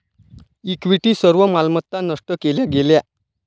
equity सर्व मालमत्ता नष्ट केल्या गेल्या